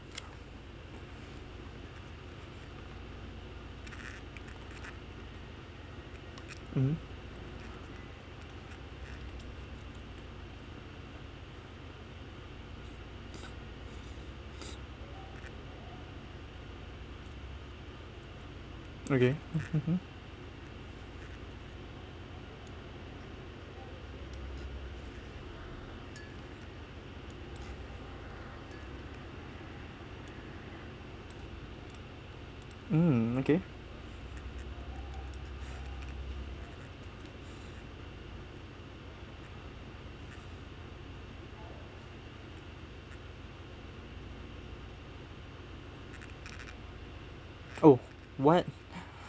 mmhmm okay mmhmm mm okay oh what